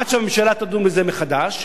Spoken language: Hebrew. עד שהממשלה תדון בזה מחדש.